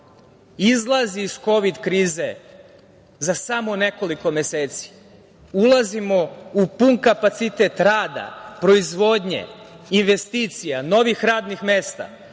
izlazi iz kovid krize za samo nekoliko meseci, ulazimo u pun kapacitet rada, proizvodnje, investicija, novih radnih mesta,